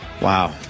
wow